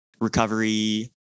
recovery